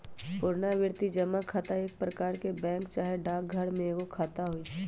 पुरनावृति जमा खता एक प्रकार के बैंक चाहे डाकघर में एगो खता होइ छइ